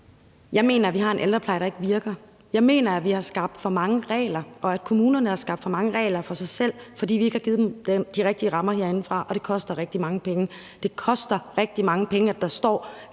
Jeg mener, vi har en ældrepleje, der ikke virker. Jeg mener, at vi har skabt for mange regler, og at kommunerne har skabt for mange regler for sig selv, fordi vi ikke herindefra har givet dem de rigtige rammer, og det koster rigtig mange penge. Det koster rigtig mange penge, at der står